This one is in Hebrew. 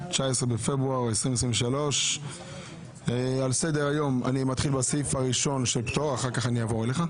15 בפברואר 2023. אני מתחיל בסעיף הראשון שעל סדר היום,